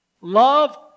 Love